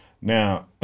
now